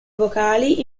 vocali